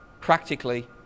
practically